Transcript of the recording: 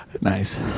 Nice